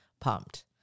pumped